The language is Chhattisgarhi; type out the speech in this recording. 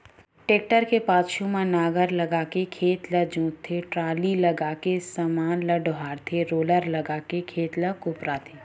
टेक्टर के पाछू म नांगर लगाके खेत ल जोतथे, टराली लगाके समान ल डोहारथे रोलर लगाके खेत ल कोपराथे